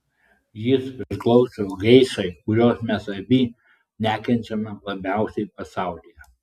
jis priklauso geišai kurios mes abi nekenčiame labiausiai pasaulyje